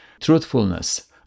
truthfulness